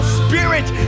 spirit